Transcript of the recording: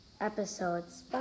episodes